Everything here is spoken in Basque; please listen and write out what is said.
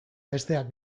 besteak